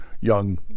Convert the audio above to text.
young